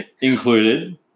included